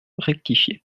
rectifié